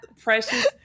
precious